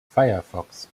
firefox